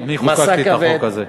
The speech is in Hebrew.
אני חוקקתי את החוק הזה.